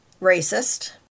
racist